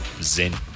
zen